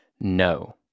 No